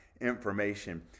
information